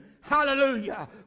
hallelujah